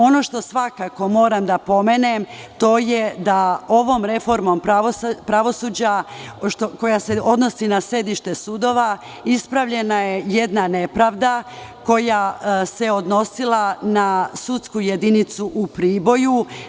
Ono što svakako moram da pomenem, to je da je ovom reformom pravosuđa, koja se odnosi na sedište sudova, ispravljena jedna nepravda koja se odnosila na sudsku jedinicu u Priboju.